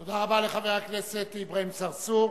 תודה רבה לחבר הכנסת אברהים צרצור.